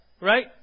Right